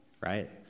right